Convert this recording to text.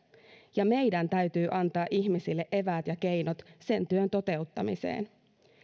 ja meidän täytyy antaa ihmisille eväät ja keinot sen työn toteuttamiseen